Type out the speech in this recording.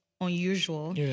unusual